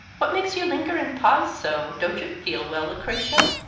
what makes you linger and pause so? don't you feel well, lucretia?